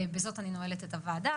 בזאת אני נועלת את הוועדה.